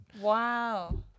Wow